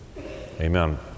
Amen